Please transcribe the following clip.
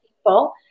people